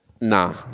Nah